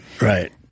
right